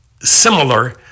similar